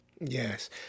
Yes